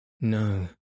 No